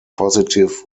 positive